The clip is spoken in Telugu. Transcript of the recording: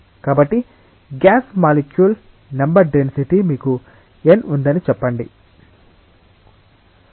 కాబట్టి గ్యాస్ మాలిక్యూల్ నెంబర్ డెన్సిటీ మీకు n ఉందని చెప్పండి